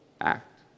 act